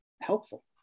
helpful